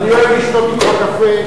אני אוהב לשתות אתך קפה,